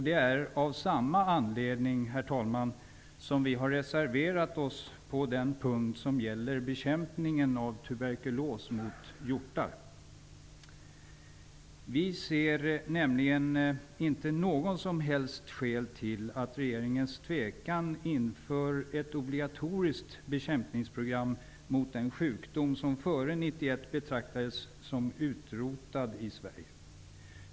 Det är av samma anledning, herr talman, som vi har reserverat oss på den punkt som gäller bekämpning av tuberkulos hos hjortar. Vi ser nämligen inte något som helst skäl till regeringens tvekan inför ett obligatoriskt bekämpningsprogram mot denna sjukdom, som före 1991 betraktades som utrotad i Sverige.